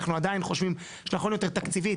אנחנו ועדיין חושבים שהיכולת התקציבית,